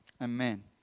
Amen